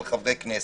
על חברי כנסת?